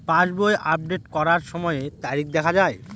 পাসবই update করার সময়ে তারিখ দেখা য়ায়?